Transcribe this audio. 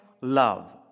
love